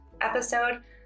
episode